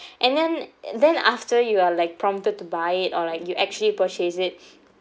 and then then after you are like prompted to buy it or like you actually purchase it